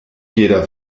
jeder